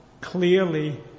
clearly